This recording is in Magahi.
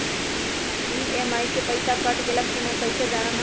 ई.एम.आई के पईसा कट गेलक कि ना कइसे हम जानब?